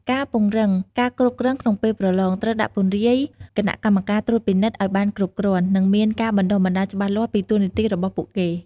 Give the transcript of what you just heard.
ការ ពង្រឹងការគ្រប់គ្រងក្នុងពេលប្រឡង ត្រូវដាក់ពង្រាយគណៈកម្មការត្រួតពិនិត្យឱ្យបានគ្រប់គ្រាន់ និងមានការបណ្ដុះបណ្ដាលច្បាស់លាស់ពីតួនាទីរបស់ពួកគេ។